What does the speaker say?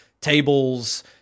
tables